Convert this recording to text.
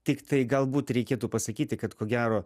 tiktai galbūt reikėtų pasakyti kad ko gero